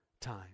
time